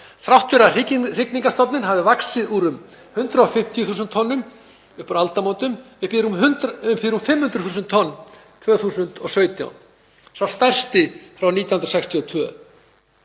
þrátt fyrir að hrygningarstofninn hafi vaxið úr um 150.000 tonnum upp úr aldamótum upp í rúm 500.000 tonn 2017, sá stærsti frá 1962.